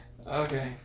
Okay